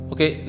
Okay